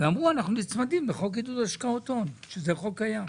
ואמרו אנחנו נצמדים בחוק עידוד השקעות הון שזה חוק קיים.